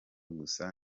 gusa